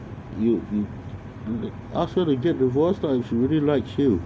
you ask her to get divorced and she really likes you